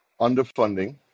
underfunding